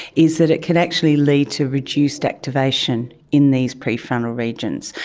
is that it can actually lead to reduced activation in these prefrontal regions.